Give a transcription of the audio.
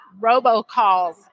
robocalls